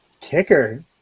Kicker